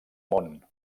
món